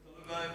זה תלוי בצה"ל.